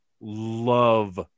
love